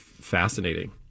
fascinating